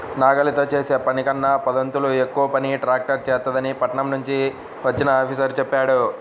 నాగలితో చేసే పనికన్నా పదొంతులు ఎక్కువ పని ట్రాక్టర్ చేత్తదని పట్నం నుంచి వచ్చిన ఆఫీసరు చెప్పాడు